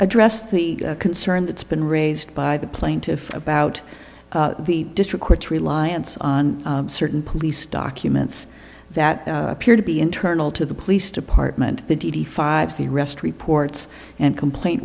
address the concern that's been raised by the plaintiff about the district court's reliance on certain police documents that appear to be internal to the police department the d d five the rest reports and complaint